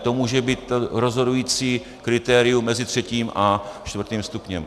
To může být rozhodující kritériem mezi třetím a čtvrtým stupněm.